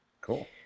cool